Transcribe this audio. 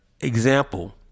example